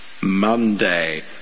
Monday